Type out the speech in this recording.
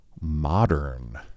Modern